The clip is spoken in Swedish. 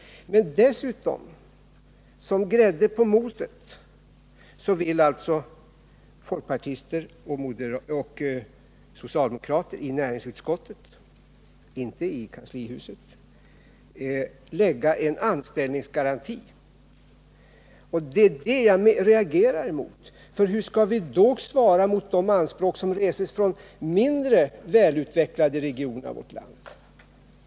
Men dessutom, som grädde på moset, vill alltså folkpartister och socialdemokrater i näringsutskottet — inte i kanslihuset — lägga en anställningsgaranti. Det är det jag reagerar mot, för hur skall vi då svara mot de anspråk som reses från mindre välutvecklade regioner i vårt land?